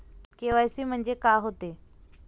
KYC म्हंनजे का होते?